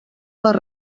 les